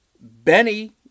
Benny